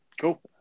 Cool